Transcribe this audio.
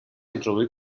introduir